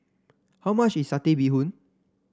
how much is Satay Bee Hoon